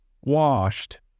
washed